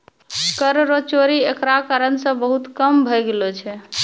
कर रो चोरी एकरा कारण से बहुत कम भै गेलो छै